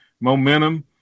momentum